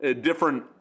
different